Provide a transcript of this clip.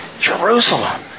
Jerusalem